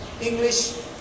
English